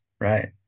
Right